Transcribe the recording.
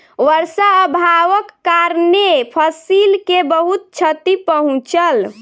वर्षा अभावक कारणेँ फसिल के बहुत क्षति पहुँचल